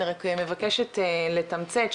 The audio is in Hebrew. אני רק מבקשת לתמצת,